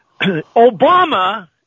Obama